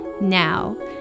now